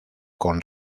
con